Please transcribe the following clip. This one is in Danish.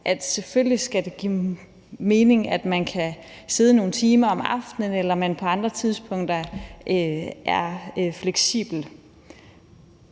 Selvfølgelig skal det give mening, at man kan sidde nogle timer om aftenen, eller at man på andre tidspunkter er fleksibel.